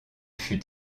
fut